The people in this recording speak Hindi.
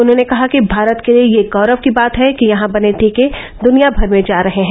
उन्होंने कहा कि भारत के लिए गौरव की बात है कि यहां बने टीके दुनिया भर में जा रहे हैं